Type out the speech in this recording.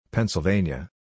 Pennsylvania